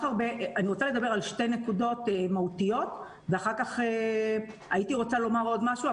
אני רוצה לדבר על שתי נקודות מהותיות ואחר כך הייתי רוצה לומר עוד משהו,